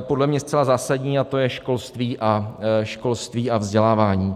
podle mě zcela zásadní, a to je školství a vzdělávání.